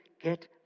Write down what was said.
get